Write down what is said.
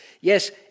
Yes